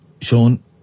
Sean